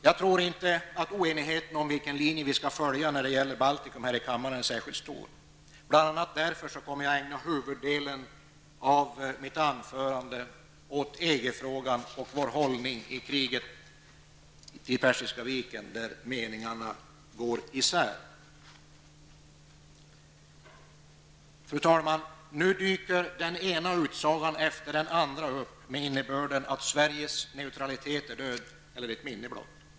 Jag tror inte att oenigheten här i kammaren om vilken linje som vi skall följa när det gäller Baltikum är särskilt stor. Det är bl.a. därför som jag i mitt anförande huvudsakligen kommer att ägna mig åt EG-frågan och åt frågan om vår hållning beträffande kriget vid Persiska viken i de fall där meningarna går isär. Fru talman! Nu dyker den ena utsagan efter den andra upp med innebörden att Sveriges neutralitet är död eller ett minne blott.